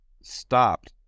stopped